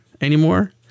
anymore